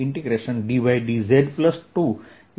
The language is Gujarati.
A